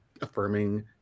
affirming